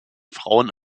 frauen